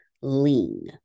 lean